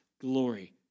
glory